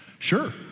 Sure